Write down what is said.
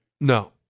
No